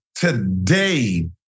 Today